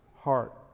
heart